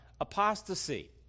apostasy